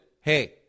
hey